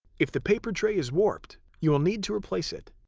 if the paper tray is warped you will need to replace it.